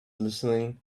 listening